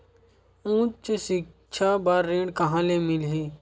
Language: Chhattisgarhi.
उच्च सिक्छा बर ऋण कहां ले मिलही?